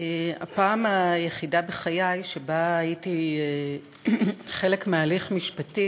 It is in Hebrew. הפעם היחידה בחיי שבה הייתי חלק מהליך משפטי